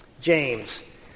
James